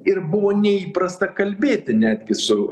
ir buvo neįprasta kalbėti netgi su